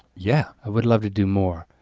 yeah. i would love to do more.